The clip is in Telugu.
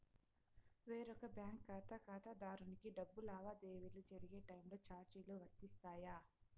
వేరొక బ్యాంకు ఖాతా ఖాతాదారునికి డబ్బు లావాదేవీలు జరిగే టైములో చార్జీలు వర్తిస్తాయా?